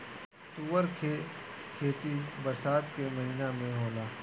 तूअर के खेती बरसात के महिना में होला